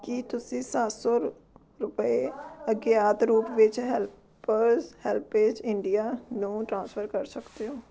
ਕੀ ਤੁਸੀਂਂ ਸੱਤ ਸੌ ਰ ਰੁਪਏ ਅਗਿਆਤ ਰੂਪ ਵਿੱਚ ਹੈਲਪਰਜ ਹੈਲਪੇਜ ਇੰਡੀਆ ਨੂੰ ਟ੍ਰਾਂਸਫਰ ਕਰ ਸਕਦੇ ਹੋ